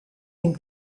him